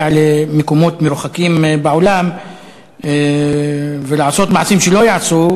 למקומות מרוחקים בעולם ולעשות מעשים שלא ייעשו,